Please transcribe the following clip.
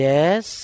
Yes